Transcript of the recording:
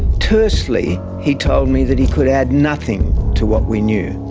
tersely he told me that he could add nothing to what we knew.